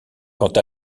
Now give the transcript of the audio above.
quant